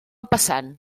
passant